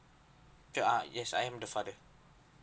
sure ah yes I am the father